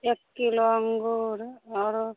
एक किलो अङ्गूर आओर